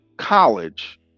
college